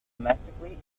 domestically